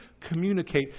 communicate